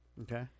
Okay